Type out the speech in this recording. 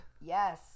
Yes